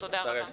תודה רבה.